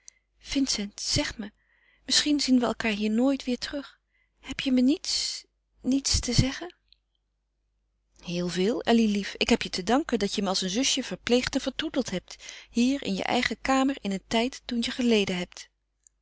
vincent zeg me misschien zien we elkaâr hierna nooit weer terug heb je me niets niets te zeggen heel veel elly lief ik heb je te danken dat je me als een zusje verpleegd en vertroeteld hebt hier in je eigen kamer in een tijd toen je geleden hebt